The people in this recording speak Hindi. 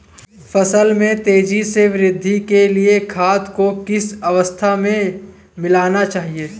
फसल में तेज़ी से वृद्धि के लिए खाद को किस अवस्था में मिलाना चाहिए?